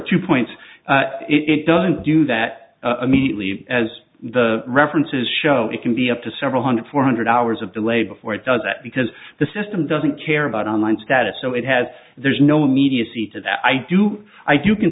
two points it doesn't do that immediately as the references show it can be up to several hundred four hundred hours of delay before it does that because the system doesn't care about online status so it has there's no immediacy to that i do i do can